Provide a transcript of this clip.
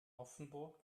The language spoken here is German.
offenburg